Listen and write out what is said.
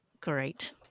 Great